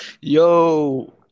yo